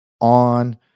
on